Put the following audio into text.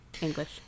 English